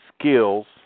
skills